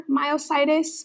myositis